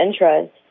interest